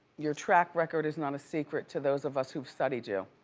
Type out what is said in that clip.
your track record is not a secret to those of us who've studied you.